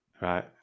Right